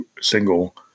single